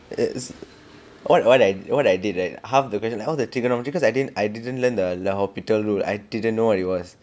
is what what I what I did right half the question half the trigonometry because I didn't I didn't learn the hospital rule I didn't know what it was